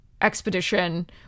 expedition